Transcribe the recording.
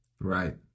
Right